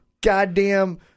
Goddamn